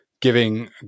giving